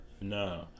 No